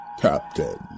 Captain